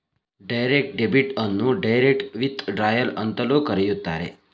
direct debit ಅನ್ನು direct withdrawal ಅಂತಲೂ ಕರೆಯುತ್ತಾರೆ